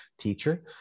teacher